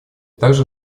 также